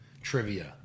trivia